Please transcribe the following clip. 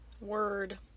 Word